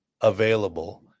available